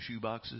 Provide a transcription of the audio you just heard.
shoeboxes